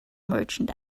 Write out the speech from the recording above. merchant